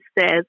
says